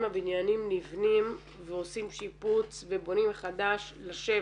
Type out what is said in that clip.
הבניינים נבנים ועושים שיפוץ ובונים מחדש לשבת.